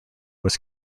was